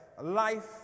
life